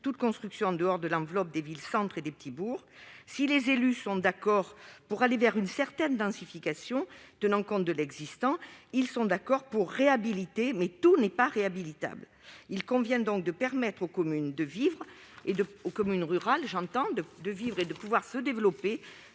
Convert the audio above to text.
toute construction en dehors de l'enveloppe des villes-centres et des petits bourgs. Or, si les élus sont d'accord pour aller vers une certaine densification en réhabilitant autant que faire se peut l'existant, tout n'est pas réhabilitable. Il convient donc de permettre aux communes rurales de vivre et de se développer